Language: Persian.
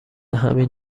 همین